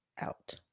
out